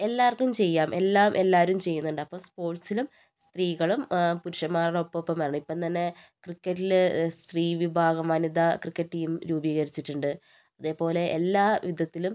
എല്ലാവർക്കും ചെയ്യാം എല്ലാം എല്ലാവരും ചെയ്യുന്നുണ്ട് അപ്പോൾ സ്പോർട്സിലും സ്ത്രീകളും പുരുഷന്മാരുടെ ഒപ്പം ഒപ്പം വരണം ഇപ്പോൾ തന്നെ ക്രിക്കറ്റില് സ്ത്രീ വിഭാഗം വനിത ക്രിക്കറ്റ് ടീം രൂപീകരിച്ചിട്ടുണ്ട് അതേപോലെ എല്ലാ വിധത്തിലും